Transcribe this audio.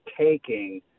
taking